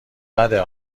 بده